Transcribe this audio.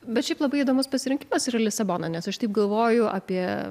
bet šiaip labai įdomus pasirinkimas yra lisaboną nes aš taip galvoju apie